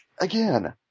Again